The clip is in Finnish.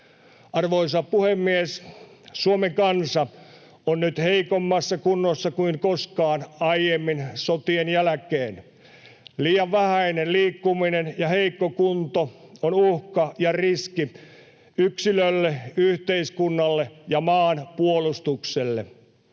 Arvoisa puhemies! Suomen kansa on nyt heikommassa kunnossa kuin koskaan aiemmin sotien jälkeen. Liian vähäinen liikkuminen ja heikko kunto ovat uhka ja riski yksilölle, yhteiskunnalle ja maanpuolustukselle.